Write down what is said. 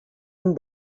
amb